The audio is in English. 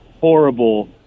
horrible